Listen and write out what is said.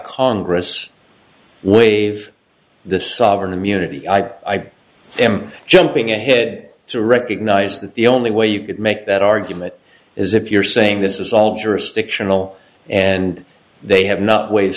congress waive the sovereign immunity i am jumping ahead to recognize that the only way you could make that argument is if you're saying this is all jurisdictional and they have not wa